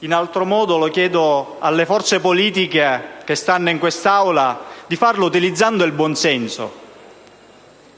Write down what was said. in altro modo, chiedo alle forze politiche che sono in quest'Aula di farlo utilizzando il buonsenso.